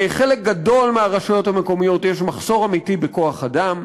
לחלק גדול מהרשויות המקומיות יש מחסור אמיתי בכוח-אדם.